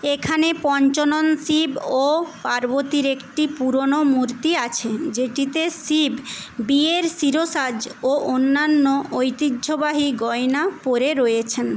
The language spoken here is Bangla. এখানে পঞ্চানন শিব ও পার্বতীর একটি পুরনো মূর্তি আছে যেটিতে শিব বিয়ের শিরোসাজ ও অন্যান্য ঐতিহ্যবাহী গয়না পরে রয়েছেন